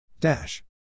Dash